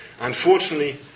Unfortunately